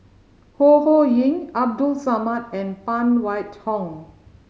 Ho Ho Ying Abdul Samad and Phan Wait Hong